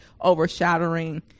overshadowing